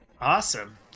Awesome